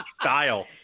style